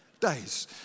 days